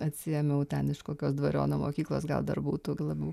atsiėmiau ten iš kokios dvariono mokyklos gal dar būtų labiau